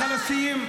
לא רואה אותך בעיניים.